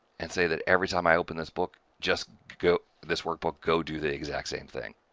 and say that every time i open this book, just go this workbook go do the exact same thing,